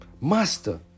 Master